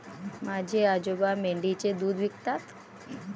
माझे आजोबा मेंढीचे दूध विकतात